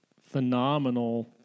phenomenal